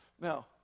Now